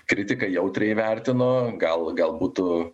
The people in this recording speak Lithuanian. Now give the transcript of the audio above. kritiką jautriai įvertino gal gal būtų